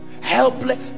helpless